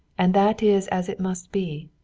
and that is as it must be.